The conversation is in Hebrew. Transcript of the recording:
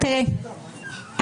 ה יהפוך את האמון של הציבור במוסד הזה